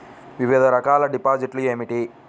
వివిధ రకాల డిపాజిట్లు ఏమిటీ?